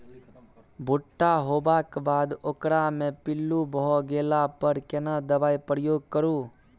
भूट्टा होबाक बाद ओकरा मे पील्लू भ गेला पर केना दबाई प्रयोग करू?